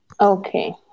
Okay